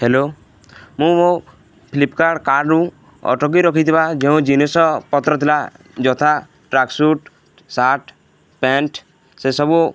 hello ମୁଁ ମୋ ଫ୍ଲିପକାର୍ଟ କାର୍ଡ଼ରୁ ଅଟକି ରଖିଥିବା ଯେଉଁ ଜିନିଷ ପତ୍ର ଥିଲା ଯଥା ଟ୍ରାକସୁଟ୍ ସାର୍ଟ ପ୍ୟାଣ୍ଟ ସେସବୁ